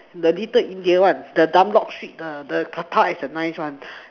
the little India one the Dunlop street the the prata is the nice one